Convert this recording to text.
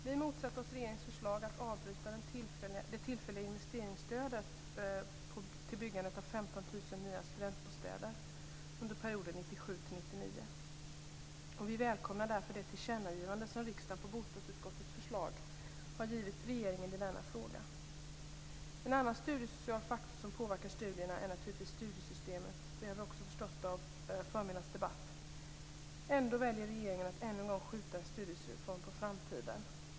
Vi motsatte oss regeringens förslag att avbryta det tillfälliga investeringsstödet till byggandet av 15 000 nya studentbostäder under perioden 1997-1999. Vi välkomnar därför det tillkännagivande som riksdagen på bostadsutskottets förslag har givit regeringen i denna fråga. En annan studiesocial faktor som påverkar studierna är naturligtvis studiestödssystemet. Det har vi förstått av förmiddagens debatt. Ändå väljer regeringen att ännu en gång skjuta en studiestödsreform på framtiden.